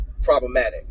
problematic